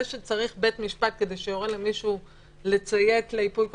זה שצריך בית משפט כדי שיורה למישהו לציית לייפוי כוח,